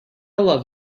love